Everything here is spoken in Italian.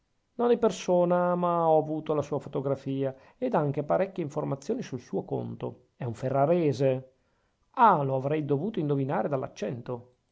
di persona ma ho avuta la sua fotografia ed anche parecchie informazioni sul conto suo è un ferrarese ah lo avrei dovuto indovinare all'accento